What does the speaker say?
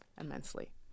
immensely